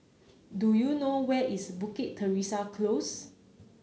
do you know where is Bukit Teresa Close